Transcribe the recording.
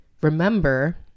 remember